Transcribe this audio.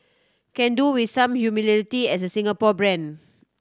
can do with some as a Singapore brand